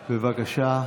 בבקשה.